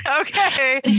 okay